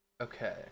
Okay